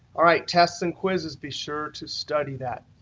all right. tests and quizzes be sure to study that.